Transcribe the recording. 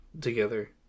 together